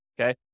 okay